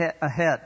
ahead